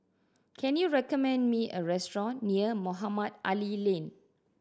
can you recommend me a restaurant near Mohamed Ali Lane